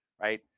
right